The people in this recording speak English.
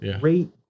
great